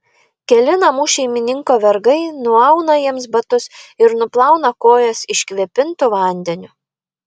keli namų šeimininko vergai nuauna jiems batus ir nuplauna kojas iškvėpintu vandeniu